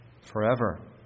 forever